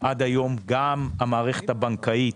בישראל עד היום גם המערכת הבנקאית